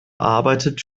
arbeitet